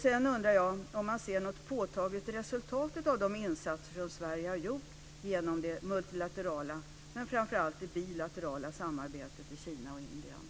Sedan undrar jag om man ser något påtagligt resultat av de insatser som Sverige har gjort genom det multilaterala, men framför allt genom bilaterala, samarbetet i Kina och Indien.